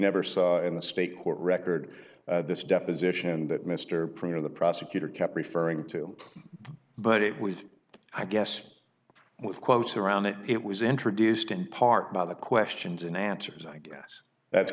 never saw in the state court record this deposition that mr premier the prosecutor kept referring to but it was i guess with quotes around it it was introduced in part by the questions and answers i guess that's